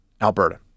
Alberta